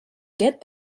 get